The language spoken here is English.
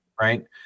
right